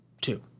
two